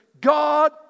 God